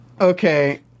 Okay